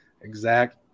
exact